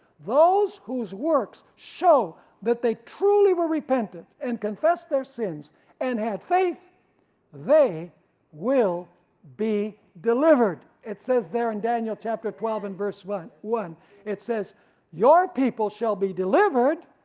those whose works show that they truly were repentant and confessed their sins and had faith they will be delivered. it says there in daniel chapter twelve and verse twenty one it says your people shall be delivered,